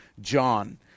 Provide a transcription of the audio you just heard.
John